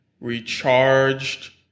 recharged